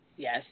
Yes